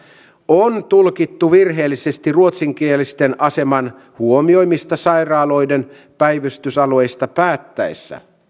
on tulkittu virheellisesti ruotsinkielisten aseman huomioimista sairaaloiden päivystysalueista päätettäessä